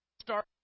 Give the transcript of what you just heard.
start